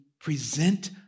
present